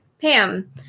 Pam